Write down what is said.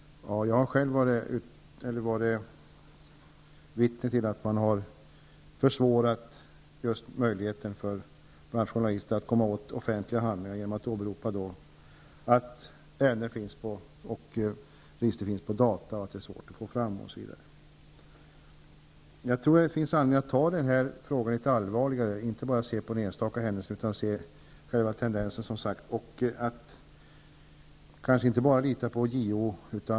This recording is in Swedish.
Jag har själv varit vittne till att man just har gjort det svårare för bl.a. journalister att komma åt offentliga handlingar genom att åberopa att ärenden eller register finns på data, att det är svårt att få fram uppgifter osv. Jag tror dock att det finns anledning att se litet allvarligare på den här frågan. Det går inte att bara se på detta som en enstaka händelse, utan det gäller, som sagt, att se till tendenserna. Kanske skall man inte bara lita på JO.